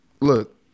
look